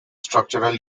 structural